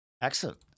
Excellent